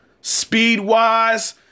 speed-wise